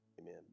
Amen